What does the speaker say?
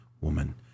woman